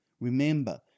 Remember